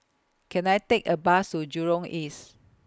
Can I Take A Bus to Jurong East